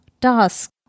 task